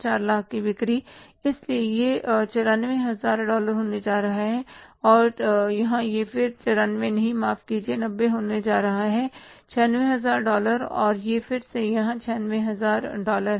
4 लाख की बिक्री इसलिए यह 94 हजार डॉलर होने जा रहा है और यहां यह फिर से 94 नहीं माफ कीजिए 90 होने जा रहा है 96 हजार डॉलर और यह फिर से यहां 96 हजार डॉलर है